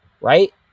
right